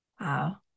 Wow